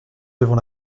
devant